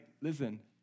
Listen